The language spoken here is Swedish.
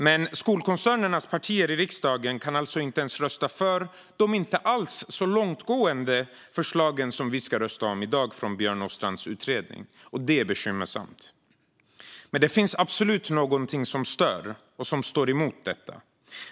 Men skolkoncernernas partier i riksdagen kan alltså inte ens rösta för de inte alls så långtgående förslag från Björn Åstrands utredning som vi ska rösta om i morgon. Det är bekymmersamt. Men det finns absolut någonting som stör och som står emot detta.